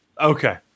okay